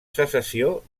secessió